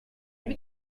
lui